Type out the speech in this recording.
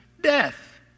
death